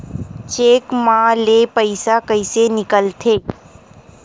Cheque म ले पईसा कइसे निकलथे?